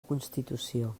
constitució